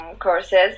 courses